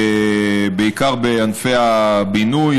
בעיקר בענפי הבינוי,